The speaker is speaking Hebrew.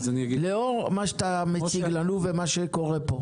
לאור מה שאתה מציע לנו ומה שקורה פה?